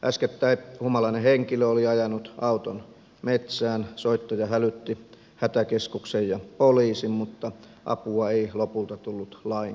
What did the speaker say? äskettäin humalainen henkilö oli ajanut auton metsään soittaja hälytti hätäkeskuksen ja poliisin mutta apua ei lopulta tullut lainkaan paikalle